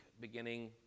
beginning